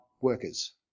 workers